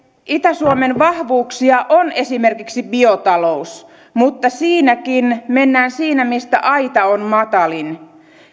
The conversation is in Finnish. itä suomen vahvuuksia on esimerkiksi biotalous mutta siinäkin mennään siitä mistä aita on matalin